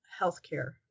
healthcare